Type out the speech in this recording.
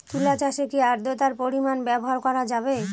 তুলা চাষে কি আদ্রর্তার পরিমাণ ব্যবহার করা যাবে?